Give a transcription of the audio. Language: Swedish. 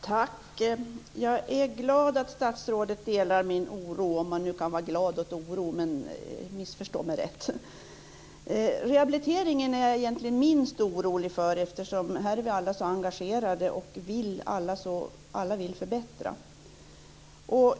Herr talman! Jag är glad att statsrådet delar min oro - om man nu kan vara glad åt oro, missförstå mig rätt. Jag är egentligen minst orolig för rehabiliteringen. Här är vi alla så engagerade, och alla vill förbättra.